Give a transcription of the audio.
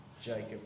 Jacob